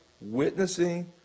witnessing